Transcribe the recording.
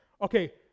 Okay